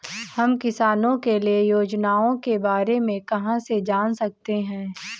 हम किसानों के लिए योजनाओं के बारे में कहाँ से जान सकते हैं?